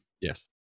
Yes